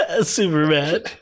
Superman